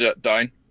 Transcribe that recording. down